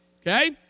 okay